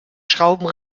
schrauben